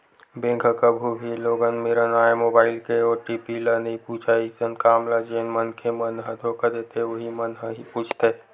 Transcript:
bank ह कभू भी लोगन मेरन आए मोबाईल के ओ.टी.पी ल नइ पूछय अइसन काम ल जेन मनखे मन ह धोखा देथे उहीं मन ह ही पूछथे